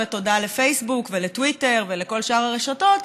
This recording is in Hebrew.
ותודה לפייסבוק ולטוויטר ולכל שאר הרשתות,